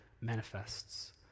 manifests